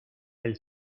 del